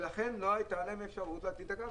ולכן לא הייתה להם אפשרות להטעין את הרב-קו.